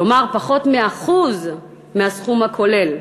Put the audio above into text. כלומר פחות מ-1% מהסכום הכולל.